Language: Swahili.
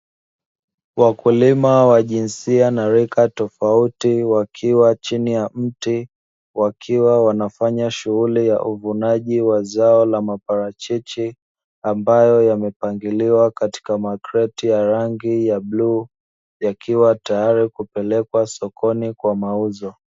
Wakulima wa jinsia na rika tofauti, wakiwa chini ya mti wakiwa wanafanya shughuli ya uvunaji wa zao la maparachichi, ambayo yamepangiliwa katika makreti ya rangi ya bluu, yakiwa tayari kupelekwa sokoni kwa mauzo.